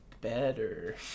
better